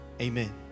Amen